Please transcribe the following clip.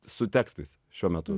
su tekstais šiuo metu